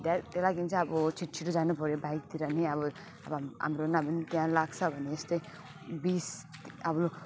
त्यही लागिन् चाहिँ अब छिट्छिटो जानुपर्यो बाइकतिर नि अब अब हाम्रो नभए नि त्यहाँ लाग्छ भने यस्तै बिस अब लु